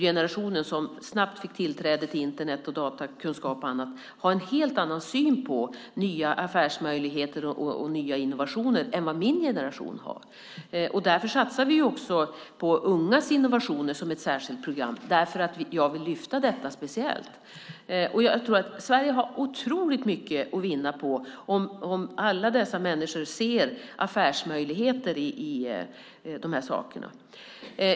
Generationen som snabbt fick tillträde till Internet, datakunskap och annat har en helt annan syn på nya affärsmöjligheter och nya innovationer än vad min generation har. Därför satsar vi också på ungas innovationer som ett särskilt program. Jag vill lyfta fram detta speciellt. Jag tror att Sverige har otroligt mycket att vinna på om alla dessa människor ser affärsmöjligheter i de här sakerna.